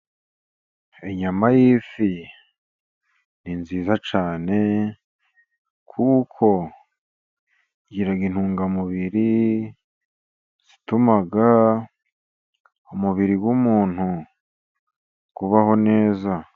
Inyama y'ifi ni nziza cyane, kuko igira intungamubiri zituma umubiri w'umuntu ubaho neza.